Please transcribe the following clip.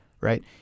right